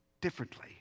differently